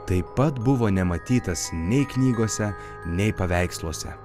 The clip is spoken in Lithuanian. taip pat buvo nematytas nei knygose nei paveiksluose